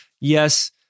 yes